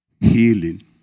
healing